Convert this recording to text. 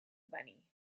bunny